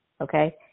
okay